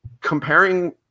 comparing